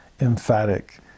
emphatic